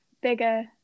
bigger